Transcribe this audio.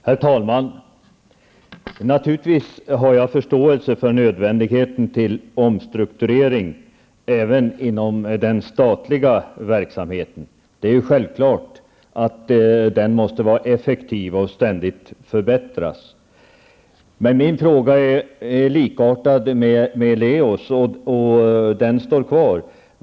Herr talman! Naturligtvis har jag förståelse för nödvändigheten av omstrukturering, även inom den statliga verksamheten. Det är självklart att den måste vara effektiv och ständigt förbättras. Men min fråga, som berör samma fråga som Leo Perssons, kvarstår.